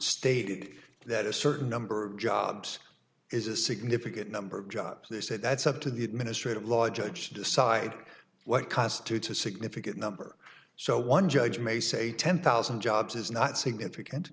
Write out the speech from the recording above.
stated that a certain number of jobs is a significant number of jobs they say that's up to the administrative law judge to decide what constitutes a significant number so one judge may say ten thousand jobs is not significant